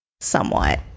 somewhat